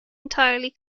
entirely